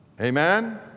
Amen